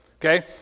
Okay